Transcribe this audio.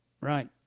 Right